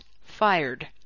fired